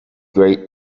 great